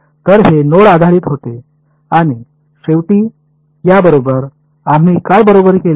तर हे नोड आधारित होते आणि शेवटी या बरोबर आम्ही काय बरोबर केले